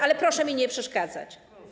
Ale proszę mi nie przeszkadzać.